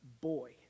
boy